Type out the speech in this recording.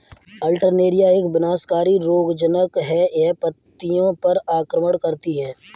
Alternaria एक विनाशकारी रोगज़नक़ है, यह पत्तियों पर आक्रमण करती है